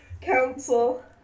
council